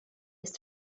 jest